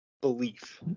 belief